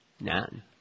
None